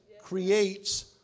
creates